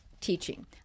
teaching